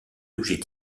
objets